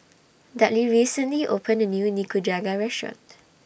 Dudley recently opened A New Nikujaga Restaurant